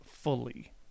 fully